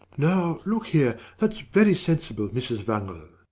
now, look here, that's very sensible, mrs. wangel.